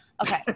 Okay